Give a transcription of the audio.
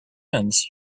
events